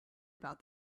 about